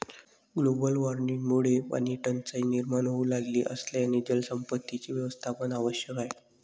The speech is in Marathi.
ग्लोबल वॉर्मिंगमुळे पाणीटंचाई निर्माण होऊ लागली असल्याने जलसंपत्तीचे व्यवस्थापन आवश्यक आहे